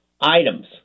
items